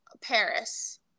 Paris